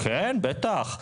כן, בטח,